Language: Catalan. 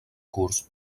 curs